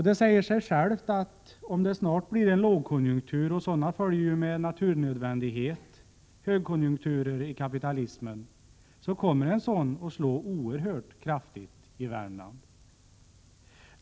Det säger sig självt att om det snart blir en lågkonjunktur — och sådana följer ju med naturnödvändighet högkonjunkturer i kapitalismen — så kommer en sådan att slå oerhört kraftigt i Värmland.